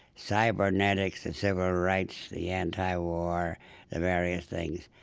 cybernetics and civil rights, the anti-war, the various things.